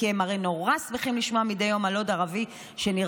כי הם הרי נורא שמחים לשמוע מדי יום על עוד ערבי שנרצח,